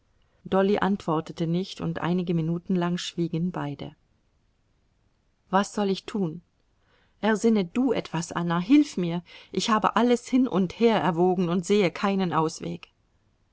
dolly antwortete nicht und einige minuten lang schwiegen beide was soll ich tun ersinne du etwas anna hilf mir ich habe alles hin und her erwogen und sehe keinen ausweg